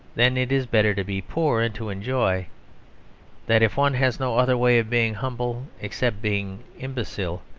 then it is better to be poor, and to enjoy that if one has no other way of being humble except being imbecile,